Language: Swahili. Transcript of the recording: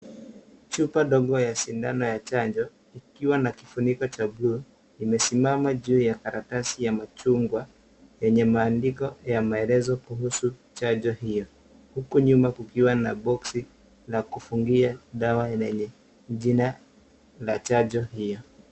Chupa dogo ya sindano ya chanjo ikiwa na kifuniko cha bluu imesimama juu ya karatasi ya machungwa yenye maandiko ya maelezo kuhusu chanjo hiyo huku nyuma kukiwa na boksi la kufungia dawa lenye jina la chanjo hiyo.